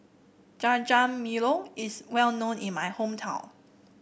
jajangmyeon is well known in my hometown